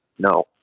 No